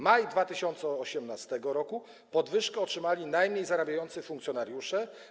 Maj 2018 r., podwyżkę otrzymali najmniej zarabiający funkcjonariusze.